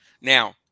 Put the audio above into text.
Now